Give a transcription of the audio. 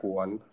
one